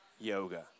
yoga